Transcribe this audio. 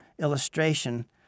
illustration